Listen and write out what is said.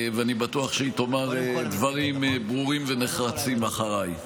אני בטוח שהיא תאמר דברים ברורים ונחרצים אחריי.